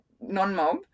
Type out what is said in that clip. non-Mob